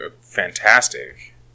fantastic